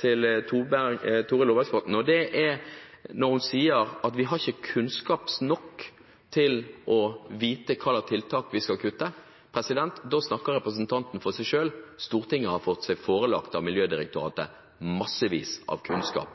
til Torhild Aabergsbotten, når hun sier at vi ikke har kunnskap nok til å vite hvilke tiltak vi skal kutte. Da snakker representanten for seg selv. Stortinget har fått seg forelagt fra Miljødirektoratet massevis av kunnskap